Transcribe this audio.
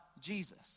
Jesus